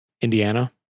Indiana